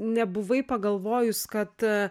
nebuvai pagalvojus kad